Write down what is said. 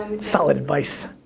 solid advice.